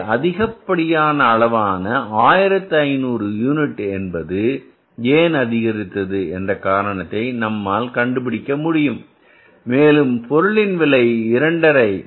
எனவே அதிகப்படியான அளவான 1500 யூனிட் என்பது ஏன் அதிகரித்தது என்ற காரணத்தை நம்மால் கண்டுபிடிக்க முடியும் மேலும் பொருளின் விலை 2